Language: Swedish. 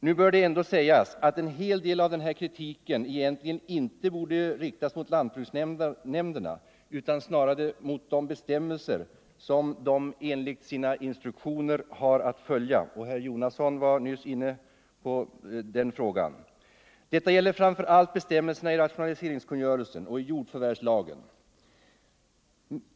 Nu skall det kanske ändå sägas att en hel del av denna kritik egentligen inte borde riktas mot lantbruksnämnderna utan snarare mot de bestämmelser som de enligt sina instruktioner måste följa. Herr Jonasson var nyss inne på denna fråga. Detta gäller framför allt bestämmelserna i rationaliseringskungörelsen och i jordförvärvslagen.